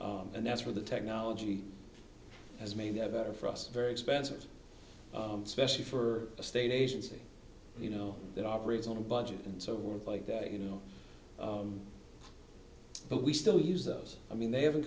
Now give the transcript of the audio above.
and that's where the technology has maybe a better for us very expensive especially for a state agency you know that operates on a budget and so forth like that you know but we still use those i mean they haven't